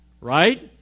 Right